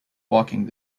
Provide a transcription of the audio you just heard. walking